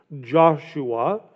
Joshua